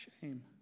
shame